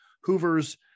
Hoover's